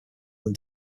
than